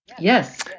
Yes